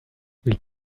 les